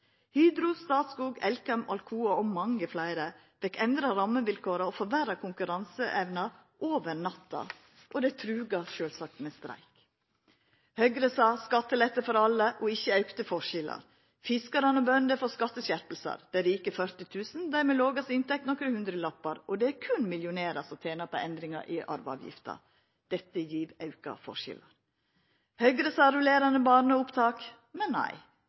Hydro, Statskog, Elkem, Alcoa og mange fleire fekk endra rammevilkåra og forverra konkurranseevna over natta, og dei truga sjølvsagt med streik. Høgre sa skattelette for alle, og ikkje auka forskjellar. Fiskarane og bøndene får skatteskjerpingar, dei rike 40 000, og dei med lågast inntekt nokre hundrelappar. Og det er berre millionærar som tener på endringane i arveavgifta. Dette gjev auka forskjellar. Høgre sa rullerande barnehageopptak, men nei. Det dei likevel gjer, er